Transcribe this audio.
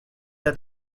that